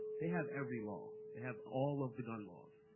they have every law. they have all of the gun laws.